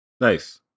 Nice